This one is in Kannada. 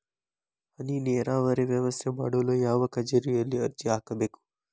ಹನಿ ನೇರಾವರಿ ವ್ಯವಸ್ಥೆ ಮಾಡಲು ಯಾವ ಕಚೇರಿಯಲ್ಲಿ ಅರ್ಜಿ ಹಾಕಬೇಕು?